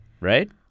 right